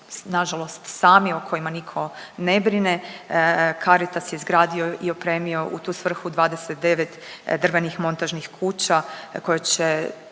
nažalost sami, o kojima nitko ne brine. Caritas je izgradio i opremio u tu svrhu 29 drvenih montažnih kuća koje će